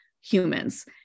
humans